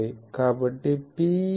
కాబట్టి Pe అనేది 5